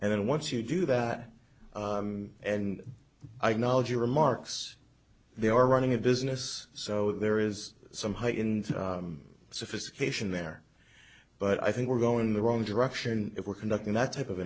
and then once you do that and i knowledge remarks they are running a business so there is some high in sophistication there but i think we're going the wrong direction if we're conducting that type of